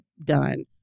done